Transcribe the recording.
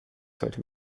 sollte